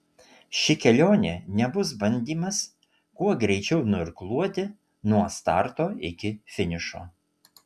ši kelionė nebus bandymas kuo greičiau nuirkluoti nuo starto iki finišo